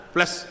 Plus